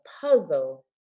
puzzle